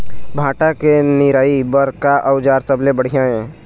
भांटा के निराई बर का औजार सबले बढ़िया ये?